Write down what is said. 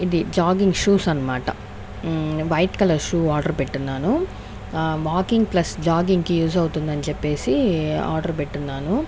ఇది jogging shoes అనమాట white colour shoe order పెపెట్టున్నాను వాకింగ్ ప్లస్ జాగింగ్ కి యూజ్ అవుతుందని చెప్పేసి ఆర్డర్ పెట్టున్నాను